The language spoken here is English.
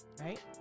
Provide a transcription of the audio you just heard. right